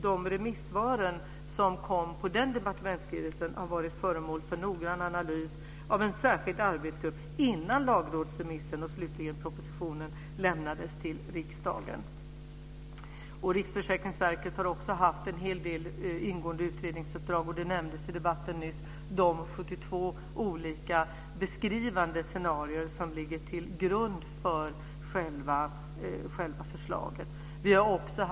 De remissvar som kom på den departementsskrivelsen har varit föremål för noggrann analys av en särskild arbetsgrupp innan lagrådsremissen och slutligen propositionen lades fram för riksdagen. Riksförsäkringsverket har också haft en hel del ingående utredningsuppdrag. I debatten nämndes nyss de 72 olika beskrivande scenarier som ligger till grund för själva förslaget.